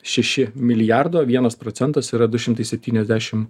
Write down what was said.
šeši milijardo vienas procentas yra du šimtai septyniasdešim